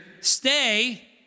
stay